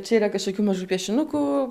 čia yra kažkokių mažų piešinukų